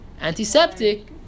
Antiseptic